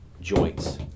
joints